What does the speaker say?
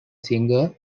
singer